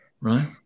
right